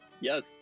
Yes